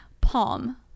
Palm